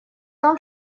том